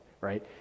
right